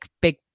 big